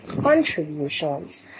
contributions